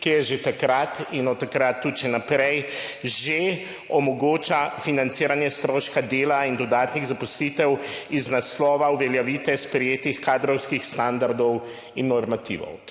ki je že takrat in od takrat naprej že omogoča financiranje stroška dela in dodatnih zaposlitev iz naslova uveljavitve sprejetih kadrovskih standardov in normativov.